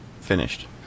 finished